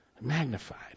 Magnified